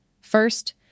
First